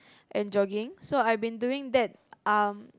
and jogging so I've been doing that